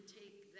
take